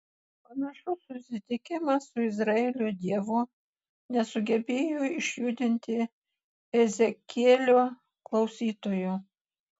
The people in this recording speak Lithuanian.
panašus susitikimas su izraelio dievu nesugebėjo išjudinti ezekielio klausytojų